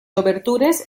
obertures